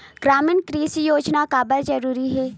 ग्रामीण कृषि योजना काबर जरूरी हे?